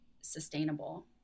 sustainable